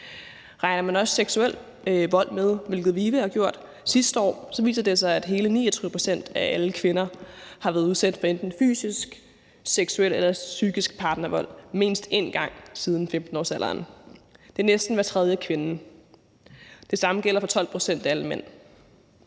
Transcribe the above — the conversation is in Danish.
Regner man også seksuel vold med, hvilket VIVE har gjort sidste år, viser det sig, at hele 29 pct. af alle kvinder har været udsat for enten fysisk, seksuel eller psykisk partnervold mindst en gang siden 15-årsalderen. Det er næsten hver tredje kvinde. Det samme gælder for 12 pct. af alle mænd.